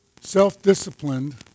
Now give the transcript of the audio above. self-disciplined